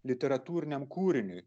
literatūriniam kūriniui